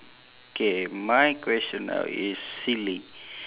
K my question now is silly